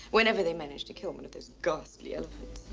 whenever they manage to kill one of those ghastly elephants.